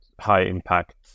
high-impact